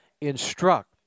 Instruct